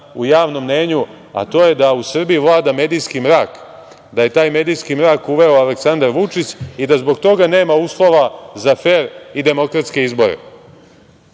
u javnom mnjenju, a to je da u Srbiji vlada medijski mrak, da je taj medijski mrak uveo Aleksandar Vučić i da zbog toga nema uslova za fer i demokratske izbore,